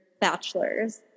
bachelors